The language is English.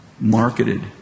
marketed